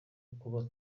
kuba